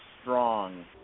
strong